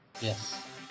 Yes